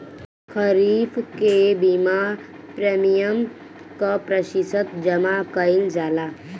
खरीफ के बीमा प्रमिएम क प्रतिशत जमा कयील जाला?